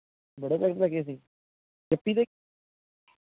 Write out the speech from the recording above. ਬੜੇ ਪੈਕਟ ਲੈ ਗਏ ਸੀ ਯੀਪੀ ਦੇ